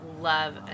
love